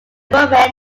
women